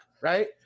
right